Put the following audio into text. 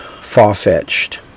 far-fetched